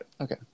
Okay